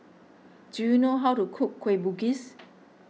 do you know how to cook Kueh Bugis